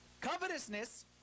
Covetousness